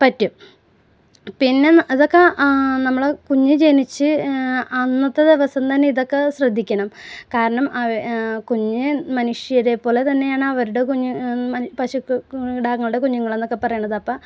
പറ്റും പിന്നെ ഇതൊക്കെ നമ്മള് കുഞ്ഞ് ജനിച്ച് അന്നത്തെ ദിവസം തന്നെ ഇതൊക്കെ ശ്രദ്ധിക്കണം കാരണം കുഞ്ഞ് മനുഷ്യരേപ്പോലെ തന്നെയാണ് അവരുടെ കുഞ്ഞ് മൻ പശുക്കൾക്ക് കിടാങ്ങളുടെ കുഞ്ഞുങ്ങൾ എന്നൊക്കെ പറയുന്നത് അപ്പം